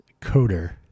coder